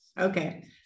Okay